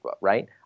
right